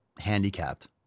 handicapped